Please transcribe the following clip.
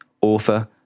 author